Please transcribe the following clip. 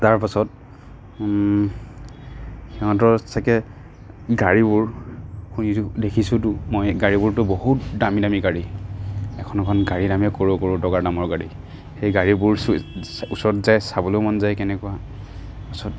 তাৰপাছত সিহঁতৰ চাগৈ গাড়়ীবোৰ দেখিছোঁতো মই গাড়ীবোৰতো বহুত দামী দামী গাড়ী এখন এখন গাড়ীৰ দামেই কৰ'ৰ কৰ'ৰ টকাৰ দামৰ গাড়ী সেই গাড়ীবোৰ ওচৰত যাই চাবলৈ মন যায় কেনেকুৱা